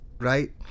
right